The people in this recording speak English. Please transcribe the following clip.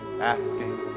asking